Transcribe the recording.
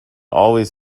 always